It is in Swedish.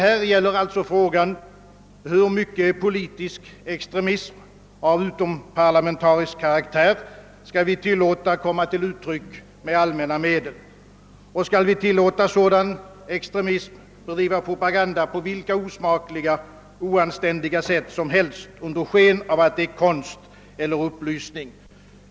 Där gäller det alltså frågan: Hur mycket politisk extremism av utomparlamentarisk karaktär skall vi tillåta komma till uttryck med allmänna medel? Och skall vi tillåta sådan extremism att bedriva propaganda på vilket osmakligt och oanständigt sätt som helst under sken av att det är konst eller upplysning?